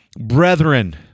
brethren